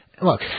look